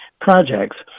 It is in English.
projects